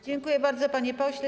Dziękuję bardzo, panie pośle.